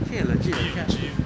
okay legit leh you 看